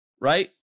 right